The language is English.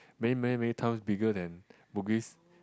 many many many towns bigger than Bugis